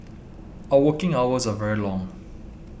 our working hours are very long